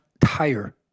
tire